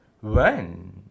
one